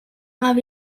аав